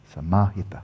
Samahita